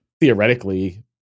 theoretically